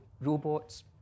robots